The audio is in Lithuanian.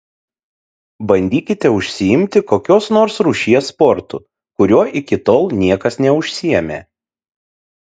bandykite užsiimti kokios nors rūšies sportu kuriuo iki tol niekas neužsiėmė